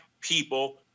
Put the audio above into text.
people